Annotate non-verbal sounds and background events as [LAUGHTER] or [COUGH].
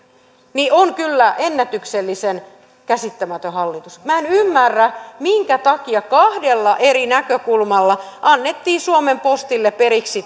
on kyllä ennätyksellisen käsittämätön hallitus minä en ymmärrä minkä takia kahdella eri näkökulmalla annettiin suomen postille periksi [UNINTELLIGIBLE]